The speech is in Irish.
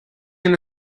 ina